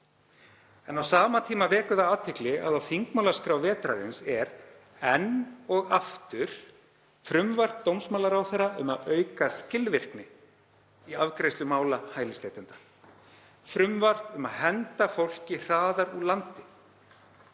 á. Á sama tíma vekur það athygli að á þingmálaskrá vetrarins er enn og aftur frumvarp dómsmálaráðherra um að auka skilvirkni í afgreiðslu mála hælisleitenda. Frumvarp um að henda fólki hraðar úr landi.